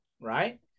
right